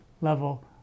level